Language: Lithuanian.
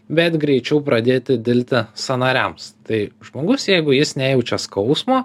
bet greičiau pradėti dilti sąnariams tai žmogus jeigu jis nejaučia skausmo